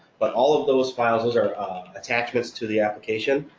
but all of those files, those are attachments to the application,